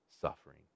suffering